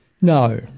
No